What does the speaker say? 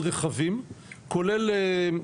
רחבים כולל